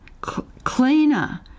cleaner